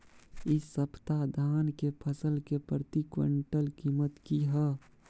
इ सप्ताह धान के फसल के प्रति क्विंटल कीमत की हय?